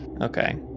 Okay